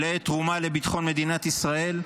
לתרומה לביטחון מדינת ישראל,